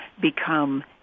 Become